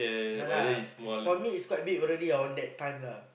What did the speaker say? yea lah for me it's quite big already around that time lah